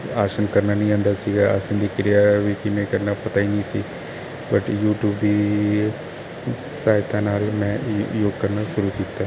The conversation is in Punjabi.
ਆਸਨ ਕਰਨਾ ਨਹੀਂ ਆਉਂਦਾ ਸੀਗਾ ਆਸਨ ਦੀ ਕਿਰਿਆ ਵੀ ਕਿਵੇਂ ਕਰਨਾ ਪਤਾ ਹੀ ਨਹੀਂ ਸੀ ਬਟ ਯੂਟੀਊਬ ਦੀ ਸਹਾਇਤਾ ਨਾਲ ਮੈਂ ਯੋਗ ਕਰਨਾ ਸ਼ੁਰੂ ਕੀਤਾ